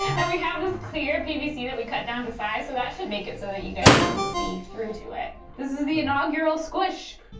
and we have this clear pvc that we cut down to size, so that should make it so that you guys can see through to it. this is the inaugural squish.